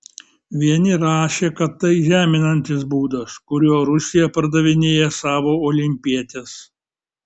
vieni rašė kad tai žeminantis būdas kuriuo rusija pardavinėja savo olimpietes